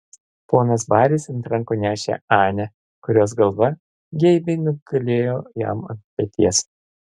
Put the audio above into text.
ponas baris ant rankų nešė anę kurios galva geibiai gulėjo jam ant peties